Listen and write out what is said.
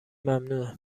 ممنوعه